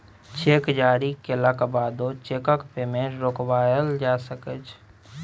cheque जारी कएलाक बादो चैकक पेमेंट रोकबाएल जा सकै छै